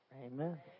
Amen